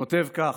הוא כותב כך: